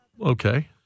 Okay